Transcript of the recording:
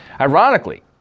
Ironically